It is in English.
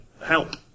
help